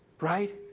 Right